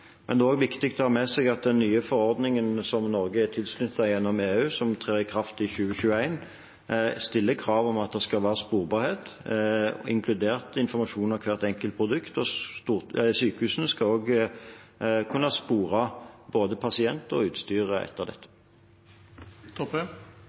Det er også viktig å ha med seg at den nye forordningen som Norge er tilknyttet gjennom EU, og som trer i kraft i 2021, stiller krav om at det skal være sporbarhet, inkludert informasjon om hvert enkelt produkt. Sykehusene skal også kunne spore både pasient og utstyr etter dette.